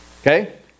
Okay